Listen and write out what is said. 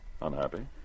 Unhappy